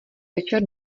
večer